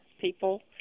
people